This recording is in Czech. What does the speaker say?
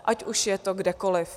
Ať už je to kdekoliv.